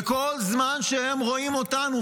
וכל זמן שהם רואים אותנו,